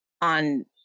on